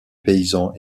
paysans